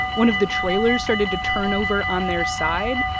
one of the trailers started to turn over on their side.